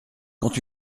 quand